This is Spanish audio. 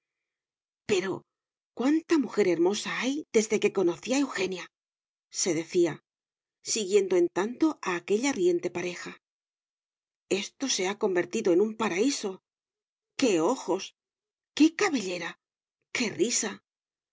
pero cuánta mujer hermosa hay desde que conocí a eugenia se decía siguiendo en tanto a aquella riente pareja esto se ha convertido en un paraíso qué ojos qué cabellera qué risa